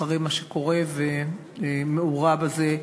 אחרי מה שקורה, ומעורה בזה,